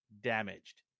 damaged